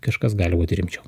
kažkas gali būti rimčiau